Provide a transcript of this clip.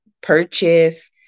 purchase